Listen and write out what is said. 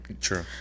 True